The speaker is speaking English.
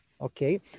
Okay